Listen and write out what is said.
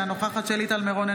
אינה נוכחת שלי טל מירון,